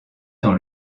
dans